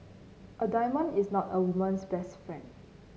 a diamond is not a woman's best friend